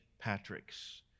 Patrick's